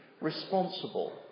responsible